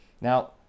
Now